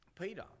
Peter